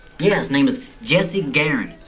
yeah, his name is jesse garon.